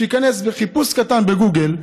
שייכנס לחיפוש קטן בגוגל,